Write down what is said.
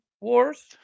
Wars